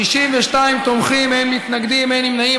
62 תומכים, אין מתנגדים, אין נמנעים.